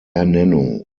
ernennung